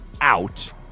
out